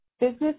business